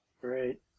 Great